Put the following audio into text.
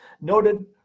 noted